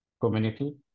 community